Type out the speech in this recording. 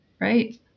Right